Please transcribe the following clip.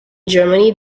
germany